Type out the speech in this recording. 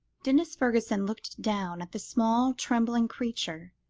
denis fergusson looked down at the small trembling creature,